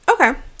Okay